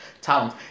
talent